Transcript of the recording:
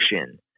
action